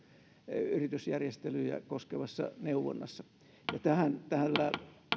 yritysjärjestelyjä koskevassa neuvonnassa ja tällä